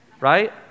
right